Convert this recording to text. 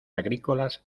agrícolas